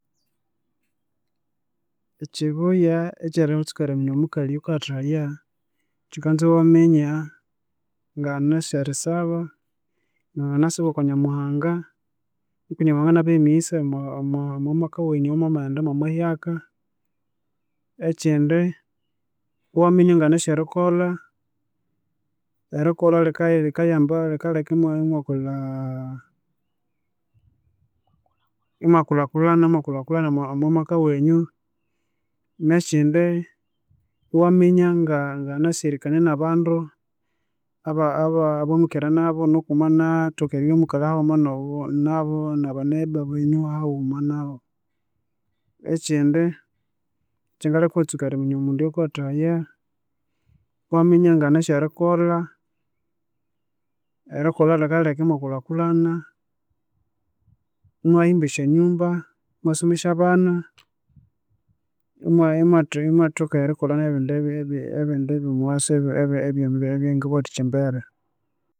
Ekyibuya ekyaritsuka eriminya omukalhi oyo wukayathahaya, kyikanza iwaminya nganasi erisaba, nganasaba okunyamuhanga, nuku nyamuhanga enabaha emighisa omomaka wenyu owamwamaghendamu amahyaka, ekyindi ewaminya nganasi erikolha, erikolha rika rikayamba lhikaleka imwakulhakulhana, imwakulha kulhana omwamaka wenyu, nekyindi iwaminya nga- nganasi erikania nabandu, aba- abamukerenabu, nuku mwanathoka eribyamwikere nabun nabaneyiba benyu hawuma nabu, ekyindi kyangaleka iwatsuka eriminya omundu oyowukayathahaya, iwaminya nganasi erikolha, erikolha rikalheka imwakulhakulhana, imwahimba esyanyumba, imwasomesya abana, imwathoka erikolha ebindi byomuwasu ebyangabawathikya embere